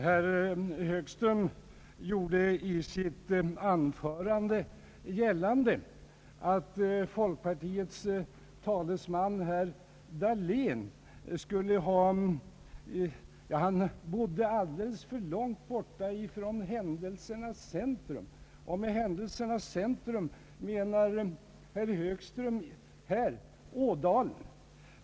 Herr talman! Herr Högström gjorde i sitt anförande gällande att folkpartiets talesman, herr Dahlén, bodde alldeles för långt borta från händelsernas centrum, och med händelsernas centrum menar herr Högström i detta fall Ådalen.